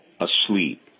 asleep